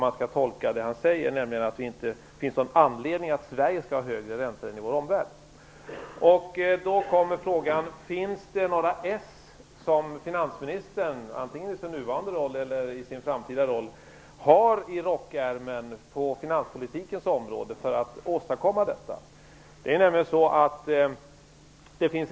Han säger ju att det inte finns någon anledning för Sverige att ha högre räntor än omvärlden. Min fråga är alltså: Har Göran Persson - antingen i sin nuvarande roll eller med tanke på sin framtida roll - några ess i rockärmen på finanspolitikens område för att åstadkomma vad som nämnts?